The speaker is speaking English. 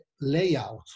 layout